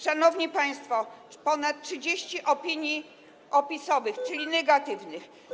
Szanowni państwo, ponad 30 opinii opisowych, czyli negatywnych.